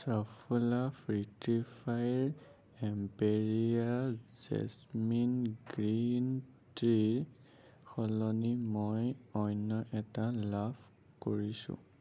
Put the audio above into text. চাফোলা ফিট্টীফাইৰ imperial jasmine green টিৰ সলনি মই অন্য এটা লাভ কৰিছোঁ